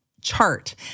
chart